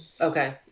Okay